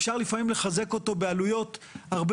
אפשר לפעמים לחזק אותו בעלויות הרבה